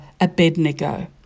Abednego